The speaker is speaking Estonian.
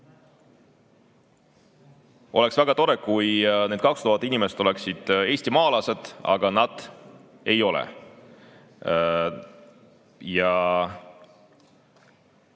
Oleks väga tore, kui need 20 000 inimest oleksid eestimaalased, aga nad ei ole. Ja